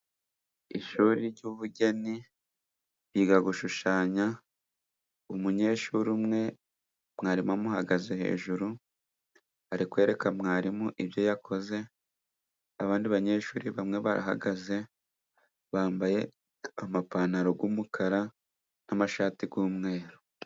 Ishuri ry'ubugeni biga gushushanya ,umunyeshuri umwe mwarimu amuhagaze hejuru ari kwereka mwarimu ibyo yakoze, abandi banyeshuri bamwe barahagaze bambaye amapantaro y'umukara n'amashati y'umweru.